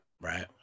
right